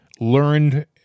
learned